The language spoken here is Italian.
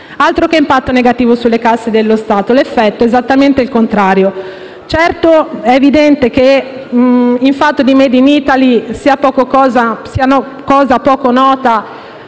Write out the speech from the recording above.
Altro che impatto negativo sulle casse dello Stato! L'effetto è esattamente il contrario. Certo, è evidente che il *made in Italy* sia cosa poco nota